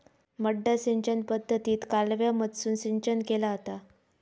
मड्डा सिंचन पद्धतीत कालव्यामधसून सिंचन केला जाता